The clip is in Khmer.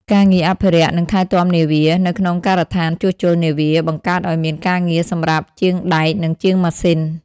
ការងារអភិរក្ស និងថែទាំនាវា នៅក្នុងការដ្ឋានជួសជុលនាវា បង្កើតឱ្យមានការងារសម្រាប់ជាងដែក និងជាងម៉ាស៊ីន។